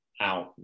out